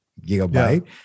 gigabyte